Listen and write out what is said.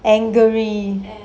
angry